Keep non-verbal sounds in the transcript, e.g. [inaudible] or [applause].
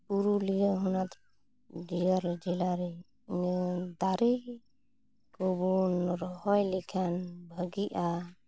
ᱯᱩᱨᱩᱞᱤᱭᱟᱹ ᱦᱚᱱᱚᱛ ᱡᱮᱞᱟ ᱡᱮᱞᱟ ᱨᱮ [unintelligible] ᱫᱟᱨᱮ ᱠᱚᱵᱚᱱ ᱨᱚᱦᱚᱭ ᱞᱮᱠᱷᱟᱱ ᱵᱷᱟᱹᱜᱤᱜᱼᱟ